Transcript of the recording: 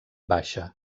baixa